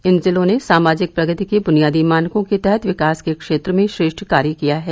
इन जिलों ने सामाजिक प्रगति के बुनियादी मानको के तहत विकास के क्षेत्र में श्रेष्ठ कार्य किया है